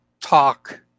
talk